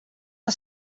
que